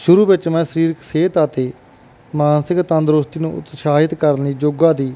ਸ਼ੁਰੂ ਵਿੱਚ ਮੈਂ ਸਰੀਰਕ ਸਿਹਤ ਅਤੇ ਮਾਨਸਿਕ ਤੰਦਰੁਸਤੀ ਨੂੰ ਉਤਸ਼ਾਹਿਤ ਕਰਨ ਲਈ ਯੋਗਾ ਦੀ